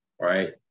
right